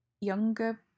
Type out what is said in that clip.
younger